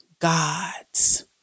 God's